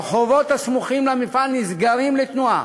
הרחובות הסמוכים למפעל נסגרים לתנועה,